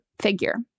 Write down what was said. figure